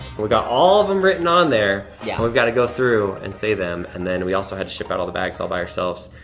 and we've got all of em written on there, yeah. and we've gotta go through, and say them, and then we also had to ship out all the bags all by ourselves.